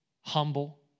humble